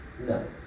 No